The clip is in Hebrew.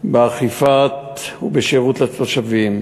באכיפה ובשירות לתושבים.